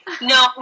No